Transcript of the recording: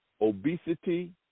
obesity